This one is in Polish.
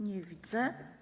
Nie widzę.